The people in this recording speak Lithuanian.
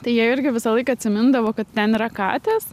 tai jie irgi visą laiką atsimindavo kad ten yra katės